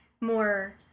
more